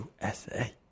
USA